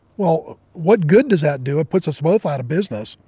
well, what good does that do? it puts us both out of business.